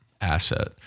asset